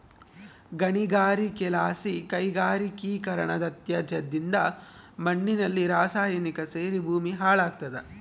ಗಣಿಗಾರಿಕೆಲಾಸಿ ಕೈಗಾರಿಕೀಕರಣದತ್ಯಾಜ್ಯದಿಂದ ಮಣ್ಣಿನಲ್ಲಿ ರಾಸಾಯನಿಕ ಸೇರಿ ಭೂಮಿ ಹಾಳಾಗ್ತಾದ